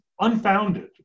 unfounded